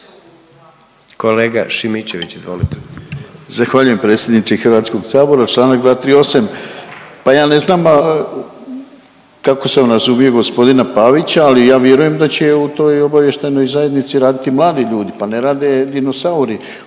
Kolega Šimičević, izvolite.